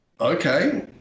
Okay